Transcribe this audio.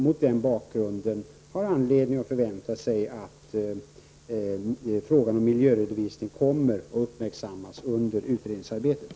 Mot den bakgrunden kan man ha anledning att förvänta sig att frågan om miljöredovisning kommer att uppmärksammas under utredningsarbetet.